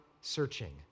searching